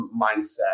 mindset